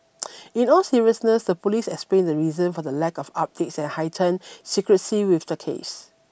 in all seriousness the police explained the reason for the lack of updates and heightened secrecy with the case